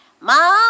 mom